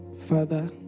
Father